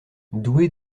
doué